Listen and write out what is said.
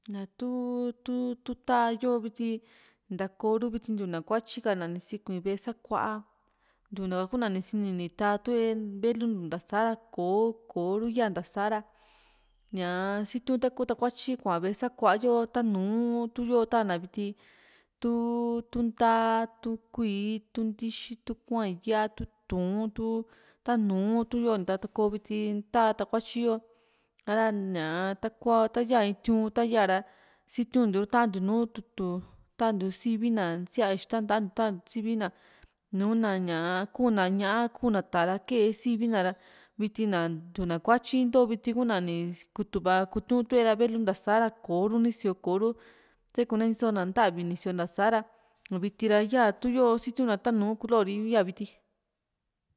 ña tu tu taa´yo viti nta´koo ru na kuatyi ka na nisikuii ve´e sakua ntiuu kuna ni sini ni taa tu´e velu ntiu ntasa ra kò´o kò´o ru ya ntasa´a ra ñaa sítiu taku takuatyi kua ve´e sakua yo ta nu´u tu yo ta´na viti tu tu ntaa tu kuíí tu ndi´xi tu kua´n ya´a tu tuun tu tanu tu´yo ntakoo viti taa takuatyi yo a´ra ñaa kua ta ya in tiu´n ta ya´a ra sitiun ntiuru ta ntiu nùù tútu tantiu sivi na na siaa ixta ntatiu tantiu sivi na nùù n´a ñaa kuu na ná´a kuuna tá´a ra kee sivi na ra viti na ntiu na kuatyi into viti kuuna nii kutu´va kutiu tu´e ra velu ntasa ra kò ´o ru ni sio kò´o ru sekune ntyi sa´na nta´vi ni sioo nta sa´a ra ña viti ra yaa tu yoo sitiuna ta nùù kolori ya viti